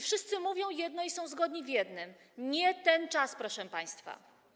Wszyscy mówią jedno i są zgodni w jednym: nie ten czas, proszę państwa.